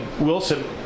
Wilson